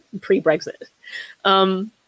pre-Brexit